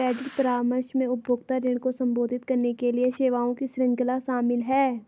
credit परामर्श में उपभोक्ता ऋण को संबोधित करने के लिए सेवाओं की श्रृंखला शामिल है